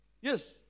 Yes